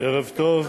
ערב טוב.